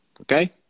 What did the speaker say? okay